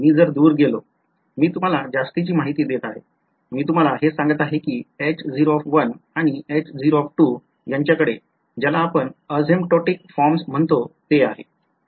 मी जर दुर गेलो मी तुम्हाला जास्तीची माहिती देत आहे मी तुम्हाला हे सांगत आहे कि H0 आणि H0 त्यांचाकडे ज्याला आपण asymptotic फॉर्म्स म्हणतो ते आहे